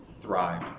thrive